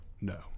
No